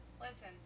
Listen